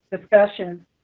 discussion